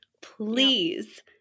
Please